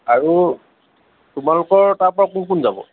আৰু তোমালোকৰ তাৰ পৰা কোন কোন যাব